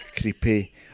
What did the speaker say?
creepy